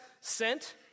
sent